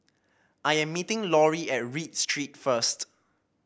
I am meeting Laurie at Read Street first